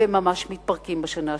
והן ממש מתפרקות בשנה השלישית.